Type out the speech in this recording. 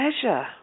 pleasure